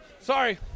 Sorry